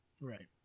Right